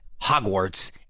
Hogwarts